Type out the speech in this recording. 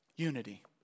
unity